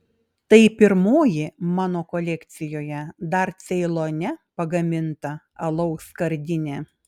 tai pirmoji mano kolekcijoje dar ceilone pagaminta alaus skardinė